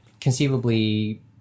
conceivably